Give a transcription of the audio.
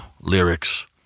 lyrics